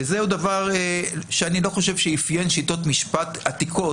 זה דבר שאני לא חושב שאפיין שיטות משפט עתיקות